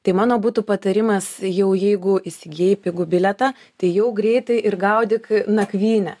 tai mano butų patarimas jau jeigu įsigijai pigų bilietą tai jau greitai ir gaudyk nakvynę